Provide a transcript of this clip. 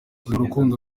urukundo